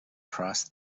crossed